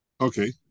Okay